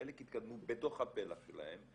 חלק התקדמו בתוך הפלח שלהם,